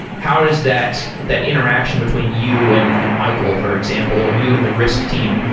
how does that that interaction between you and and michael for example, or you and the risk team,